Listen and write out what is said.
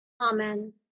Amen